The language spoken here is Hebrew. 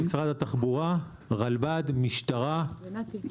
משרד התחבורה, רלב"ד, משטרה ונת"י.